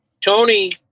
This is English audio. Tony